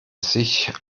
sich